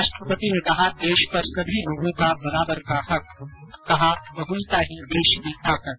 राष्ट्रपति ने कहा देश पर सभी लोगों का बराबर का हक कहा बहुलता ही देश की ताकत